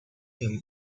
him